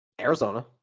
arizona